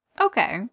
Okay